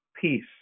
peace